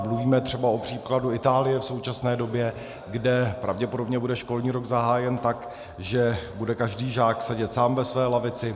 Mluvíme třeba o příkladu Itálie v současné době, kde pravděpodobně bude školní rok zahájen tak, že bude každý žák sedět sám ve své lavici.